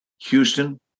Houston